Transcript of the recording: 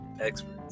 Experts